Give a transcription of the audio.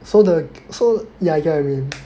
so the so yeah I get what you mean